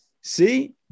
See